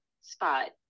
spot